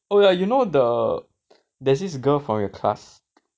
oh ya you know the there's this girl from your class